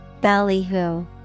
Ballyhoo